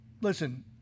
Listen